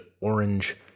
orange